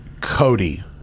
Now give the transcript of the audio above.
Cody